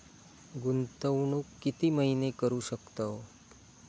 गुंतवणूक किती महिने करू शकतव?